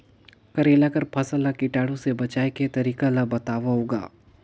करेला कर फसल ल कीटाणु से बचाय के तरीका ला बताव ग?